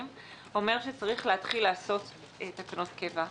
אומר שצריך להתחיל לעשות תקנות קבע.